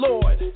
Lord